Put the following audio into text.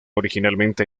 originalmente